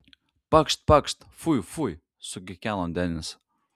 pakšt pakšt fui fui sukikeno denis